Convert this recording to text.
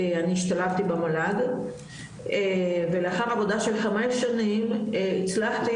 אני השתלבתי במל"ג ולאחר עבודה של חמש שנים הצלחתי